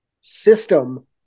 system